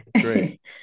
Great